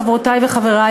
חברותי וחברי,